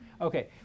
Okay